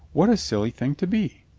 what a silly thing to be.